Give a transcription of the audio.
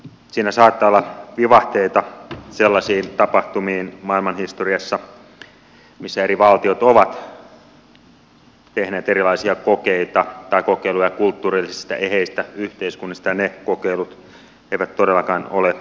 siinä saattaa olla vivahteita sellaisiin tapahtumiin maailmanhistoriassa missä eri valtiot ovat tehneet erilaisia kokeita tai kokeiluja kulttuurillisesti eheistä yhteiskunnista ja ne kokeilut eivät todellakaan ole rohkaisevia